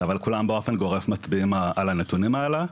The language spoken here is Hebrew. אבל כולם באופן גורף מצביעים על הנתונים האלה,